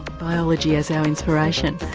biology as our inspiration.